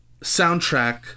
soundtrack